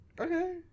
Okay